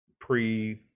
pre